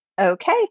Okay